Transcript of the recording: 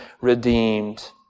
redeemed